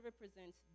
represents